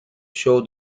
show